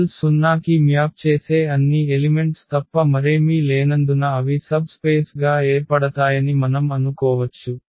kernel 0 కి map చేసే అన్ని ఎలిమెంట్స్ తప్ప మరేమీ లేనందున అవి సబ్ స్పేస్ గా ఏర్పడతాయని మనం అనుకోవచ్చు